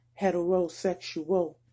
heterosexual